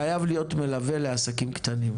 חייב להיות מלווה לעסקים קטנים.